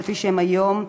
כפי שהן היום,